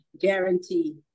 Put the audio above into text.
guarantee